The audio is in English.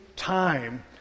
Time